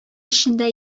эчендә